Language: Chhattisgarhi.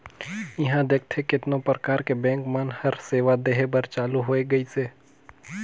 इहां देखथे केतनो परकार के बेंक मन हर सेवा देहे बर चालु होय गइसे